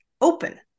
open